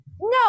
No